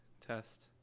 Test